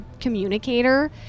communicator